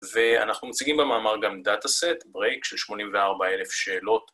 ואנחנו מציגים במאמר גם data set break של 84,000 שאלות.